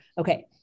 Okay